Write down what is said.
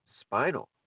spinal